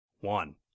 One